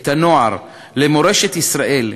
את הנוער, למורשת ישראל,